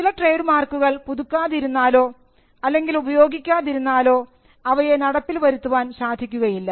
ചില ട്രേഡ് മാർക്കുകൾ പുതുക്കാതിരുന്നാലോ അല്ലെങ്കിൽ ഉപയോഗിക്കാതിരുന്നാലോ അവയെ നടപ്പിൽ വരുത്തുവാൻ സാധിക്കുകയില്ല